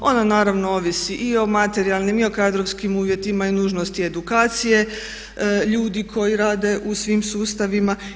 Ona naravno ovisi i o materijalnim i o kadrovskim uvjetima i nužnosti edukacije ljudi koji rade u svim sustavima.